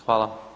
Hvala.